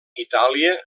itàlia